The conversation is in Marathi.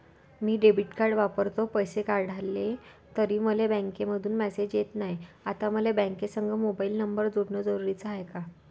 मी डेबिट कार्ड वापरतो, पैसे काढले तरी मले बँकेमंधून मेसेज येत नाय, आता मले बँकेसंग मोबाईल नंबर जोडन जरुरीच हाय का?